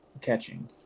catching